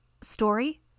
story